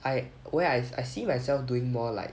I where I see I see myself doing more like